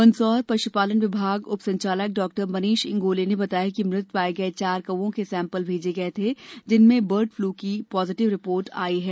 मंदसौर पशुपालन विभाग उपसंचालक डॉ मनीष इंगोले ने बताया कि मृत पाए गए चार कौवों के सेम्पल भेजे गए थे जिनमें बर्ड फ्लू की पॉजिटिव रिपोर्ट आई है